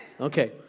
Okay